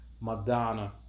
Madonna